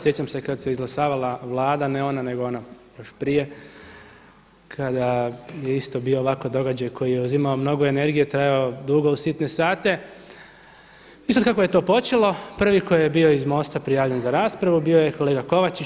Sjećam se kada se izglasavala Vlada ne ona nego ona još prije kada je bio isto ovako događaj koji je uzimao mnogo energije, trajao dugo u sitne sate i sada kako je to počelo prvi koji je bio iz Mosta prijavljen za raspravu bio je kolega Kovačić.